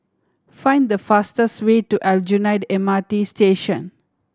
find the fastest way to Aljunied M R T Station